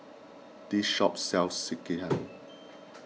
this shop sells Sekihan